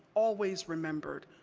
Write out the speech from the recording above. always remembered,